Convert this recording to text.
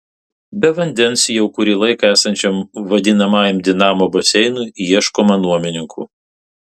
be vandens jau kurį laiką esančiam vadinamajam dinamo baseinui ieškoma nuomininkų